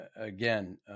Again